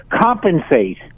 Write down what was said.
compensate